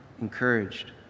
encouraged